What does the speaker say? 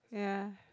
yeah